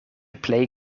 plej